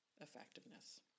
effectiveness